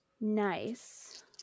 Nice